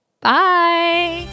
Bye